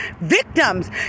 victims